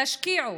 תשקיעו